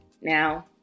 now